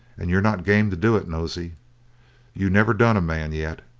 and you are not game to do it, nosey you never done a man yet,